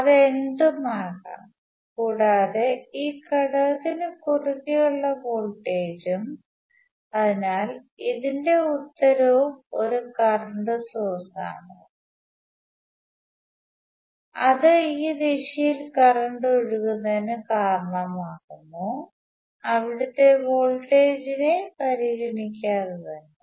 അത് എന്തും ആകാം കൂടാതെ ഈ ഘടകത്തിനു കുറുകെ ഉള്ള വോൾടേജ് ഉം അതിനാൽ ഇതിന്റെ ഉത്തരവും ഒരു കറണ്ട് സോഴ്സ് ആണ് അത് ഈ ദിശയിൽ കറണ്ട് ഒഴുകുന്നതിനു കാരണമാകുന്നു അവിടുത്തെ വോൾടേജ് ഇനെ പരിഗണിക്കാതെ തന്നെ